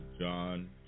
John